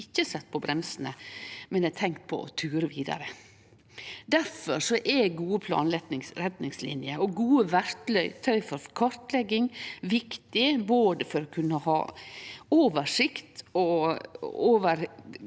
har sett på bremsene, men har tenkt å ture vidare. Difor er gode planretningslinjer og gode verktøy for kartlegging viktige både for å kunne ha oversikt over